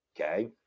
Okay